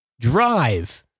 Drive